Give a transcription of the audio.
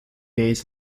days